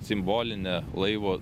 simbolinę laivo